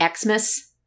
Xmas